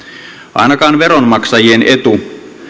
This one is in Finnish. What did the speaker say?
ainakaan veronmaksajien etu